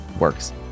works